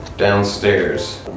downstairs